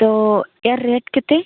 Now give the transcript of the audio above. ତ ଏହାର ରେଟ୍ କେତେ